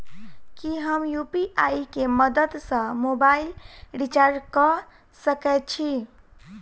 की हम यु.पी.आई केँ मदद सँ मोबाइल रीचार्ज कऽ सकैत छी?